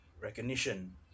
recognition